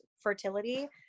fertility